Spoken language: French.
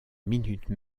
minute